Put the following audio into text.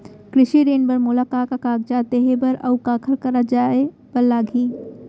कृषि ऋण बर मोला का का कागजात देहे बर, अऊ काखर करा जाए बर लागही?